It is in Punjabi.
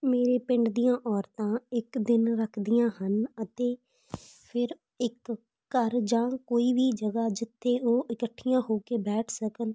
ਮੇਰੇ ਪਿੰਡ ਦੀਆਂ ਔਰਤਾਂ ਇੱਕ ਦਿਨ ਰੱਖਦੀਆਂ ਹਨ ਅਤੇ ਫਿਰ ਇੱਕ ਘਰ ਜਾਂ ਕੋਈ ਵੀ ਜਗ੍ਹਾ ਜਿੱਥੇ ਉਹ ਇਕੱਠੀਆਂ ਹੋ ਕੇ ਬੈਠ ਸਕਣ